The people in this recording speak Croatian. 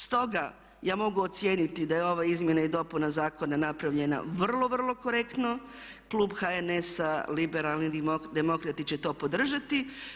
Stoga ja mogu ocijeniti da je ova izmjena i dopuna zakona napravljena vrlo, vrlo korektno, Klub HNS-a Liberalni demokrati će to podržati.